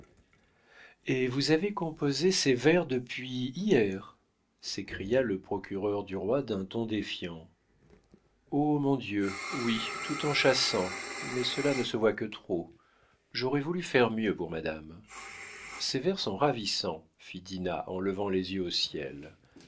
et vous avez composé ces vers depuis hier s'écria le procureur du roi d'un ton défiant oh mon dieu oui tout en chassant mais cela ne se voit que trop j'aurais voulu faire mieux pour madame ces vers sont ravissants fit dinah en levant les yeux au ciel